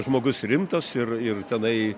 žmogus rimtas ir ir tenai